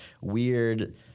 weird